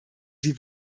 sie